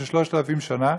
של 3,000 שנה.